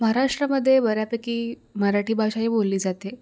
महाराष्ट्रमध्ये बऱ्यापैकी मराठी भाषा ही बोलली जाते